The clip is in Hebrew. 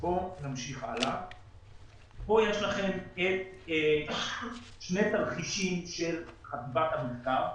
כאן יש לכם שני תרחישים של חטיבת המחקר.